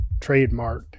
trademarked